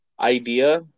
idea